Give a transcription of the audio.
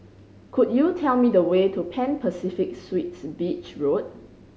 could you tell me the way to Pan Pacific Suites Beach Road